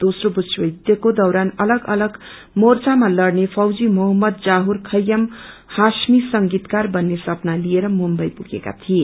दोस्रो विश्वयुद्धको वैरान अलग अलग मोर्चामा लड़ने फौजी मोहम्मद जहून खरूयाम हाशमी संगीतकार बन्ने सपना लिएर मुम्बइ पुगेका गीए